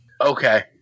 Okay